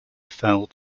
fell